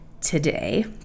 today